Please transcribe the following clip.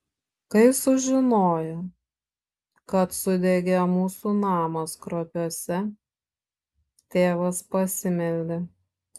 kai sužinojo kad sudegė mūsų namas kruopiuose tėvas pasimeldė